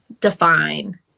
define